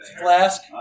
Flask